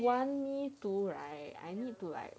they want me to right then I need to like